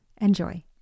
Enjoy